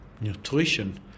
Nutrition